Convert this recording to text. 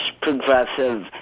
progressive